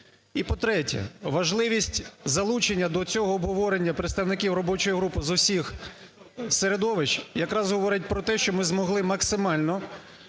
І по-третє, важливість залучення до цього обговорення представників робочої групи з усіх середовищ якраз говорить про те, що ми змогли максимально